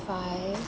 five